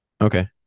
Okay